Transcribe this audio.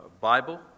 Bible